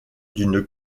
d’une